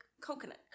coconut